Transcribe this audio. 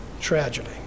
tragedy